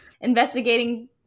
investigating